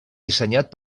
dissenyat